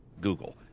Google